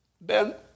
Ben